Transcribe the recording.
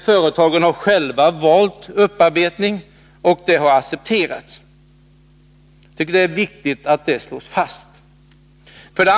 Företagen har själva valt upparbetning, och det har accepterats. Jag tycker att det är viktigt att detta slås fast.